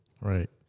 Right